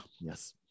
yes